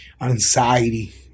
Anxiety